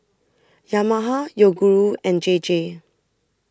Yamaha Yoguru and J J